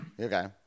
okay